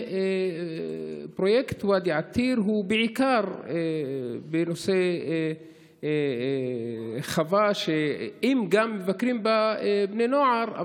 ופרויקט ואדי עתיר הוא בעיקר בנושא חווה שגם מבקרים בה בני נוער,